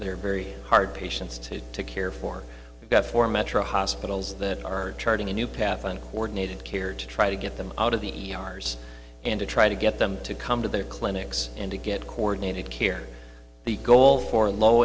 they're very hard patients to to care for we've got four metro hospitals that are charting a new path on ordinated care to try to get them out of the ars and to try to get them to come to their clinics and to get coordinated care the goal for low